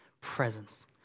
presence